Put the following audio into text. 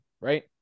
right